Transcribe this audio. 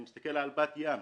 אני מסתכל על בת ים,